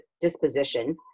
disposition